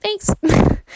thanks